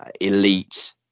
elite